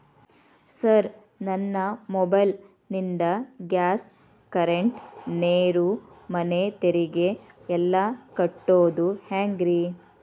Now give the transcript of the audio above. Sir ನನ್ನ mobile ನಿಂದ gas, current, ನೇರು, ಮನೆ ತೆರಿಗೆ ಎಲ್ಲಾ ಕಟ್ಟೋದು ಹೆಂಗ್ರಿ?